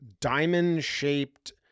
diamond-shaped